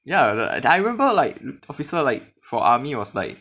ya err I remember like officer like for army was like